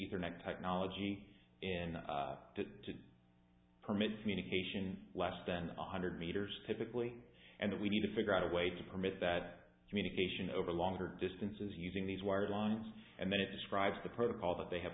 internet technology in to permit communication less than one hundred meters typically and we need to figure out a way to permit that communication over longer distances using these wired lines and then it describes the protocol that they have